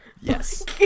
Yes